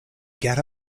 get